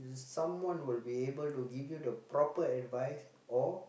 someone will be able to give you the proper advice or